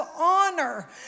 honor